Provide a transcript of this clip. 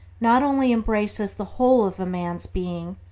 not only embraces the whole of a man's being,